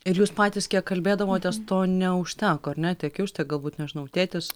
ir jūs patys kiek kalbėdavotės to neužteko ar ne tiek jūs tiek galbūt nežinau tėtis